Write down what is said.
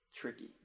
tricky